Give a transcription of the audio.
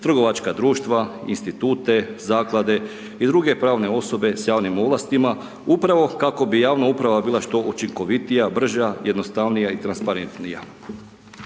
trgovačka društva, institute, zaklade i druge pravne osobe sa javnim ovlastima upravo kako bi javna uprava bila što učinkovitija, brža, jednostavnija i transparentnija.